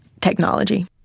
technology